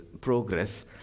progress